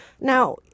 Now